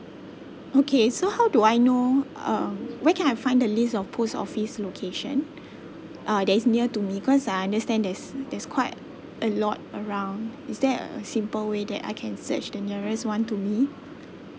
okay so how do I know um where can I find the list of post office location uh that is near to me because I understand there's there's quite a lot around is there a simple way that I can search the nearest one to me